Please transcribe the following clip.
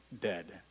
dead